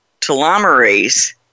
telomerase